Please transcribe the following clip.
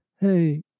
Hey